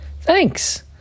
Thanks